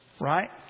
right